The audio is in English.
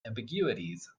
ambiguities